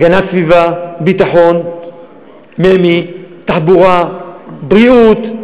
הגנת הסביבה, הביטחון, ממ"י, התחבורה, הבריאות,